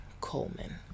Coleman